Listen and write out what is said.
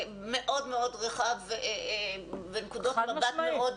מאוד מאוד רחב ונקודות מבט מאוד --- נכון.